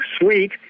sweet